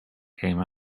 came